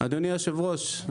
אדוני יושב הראש,